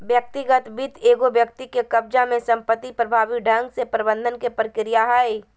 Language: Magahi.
व्यक्तिगत वित्त एगो व्यक्ति के कब्ज़ा में संपत्ति प्रभावी ढंग से प्रबंधन के प्रक्रिया हइ